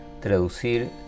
traducir